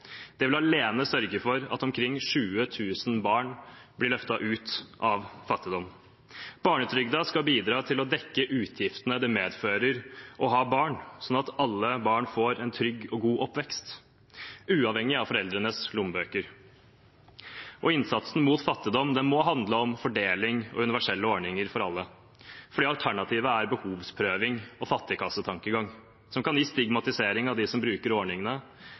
Det vil alene sørge for at omkring 20 000 barn blir løftet ut av fattigdom. Barnetrygden skal bidra til å dekke utgiftene det medfører å ha barn, slik at alle barn får en trygg og god oppvekst, uavhengig av foreldrenes lommebøker. Innsatsen mot fattigdom må handle om fordeling og universelle ordninger for alle. Alternativet er behovsprøving og fattigkassetankegang, som kan gi stigmatisering av dem som bruker ordningene,